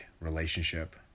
relationship